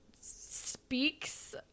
speaks